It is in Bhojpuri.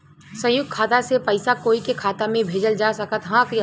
संयुक्त खाता से पयिसा कोई के खाता में भेजल जा सकत ह का?